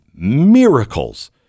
miracles